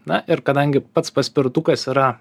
na ir kadangi pats paspirtukas yra